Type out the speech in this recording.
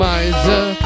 Miser